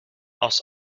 aus